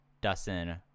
Dustin